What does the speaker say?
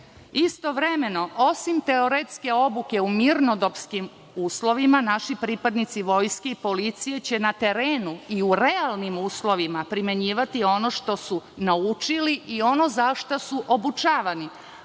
Istovremeno, osim teoretske obuke u mirnodopskim uslovima, naši pripadnici vojske i policije će na terenu i u realnim uslovima primenjivati ono što su naučili i ono zašta su obučavani,